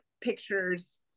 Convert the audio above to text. pictures